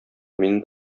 мине